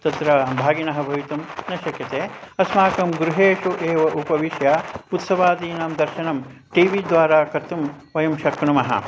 तत्र भागिनः भवितुं न शक्यते अस्माकं गृहेषु एव उपविश्य उत्सवादीनां दर्शनं टी वी द्वारा कर्तुं वयं शक्नुमः